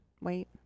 wait